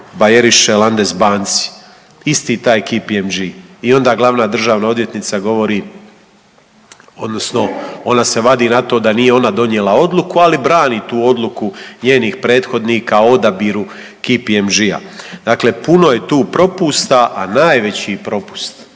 Bayerische Landesbank, isti taj KPMG. I onda glavna državna odvjetnica govori odnosno ona se vadi na to da nije ona donijela odluku, ali brani tu odluku njenih prethodnika o odabiru KPMG-a. Dakle, puno je tu propusta, a najveći propust,